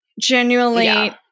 genuinely